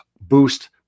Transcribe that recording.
boost